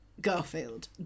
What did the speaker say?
Garfield